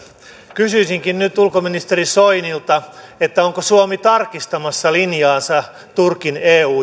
kysyisinkin nyt ulkoministeri soinilta onko suomi tarkistamassa linjaansa turkin eu